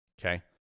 Okay